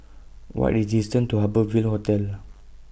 What The distance to Harbour Ville Hotel